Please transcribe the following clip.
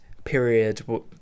period